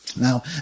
now